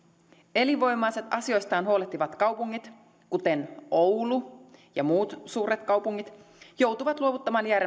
elinvoimaiset asioistaan huolehtivat kaupungit kuten oulu ja muut suuret kaupungit joutuvat luovuttamaan